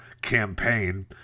campaign